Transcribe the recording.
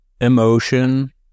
Emotion